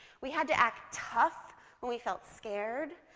we had to act tough when we felt scared,